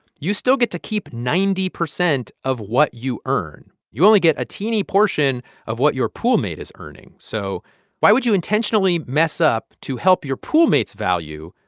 you still get to keep ninety percent of what you earn. you only get a teeny portion of what your poolmate is earning, so why would you intentionally mess up to help your poolmate's value,